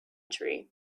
tree